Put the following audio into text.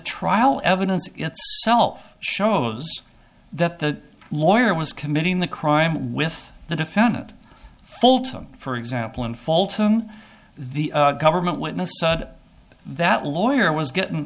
trial evidence shows that the lawyer was committing the crime with the defendant fulton for example in fulton the government witness that lawyer was gott